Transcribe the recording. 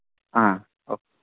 ಹಾಂ ಓಕೆ